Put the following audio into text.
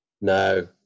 No